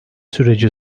süreci